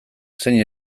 zein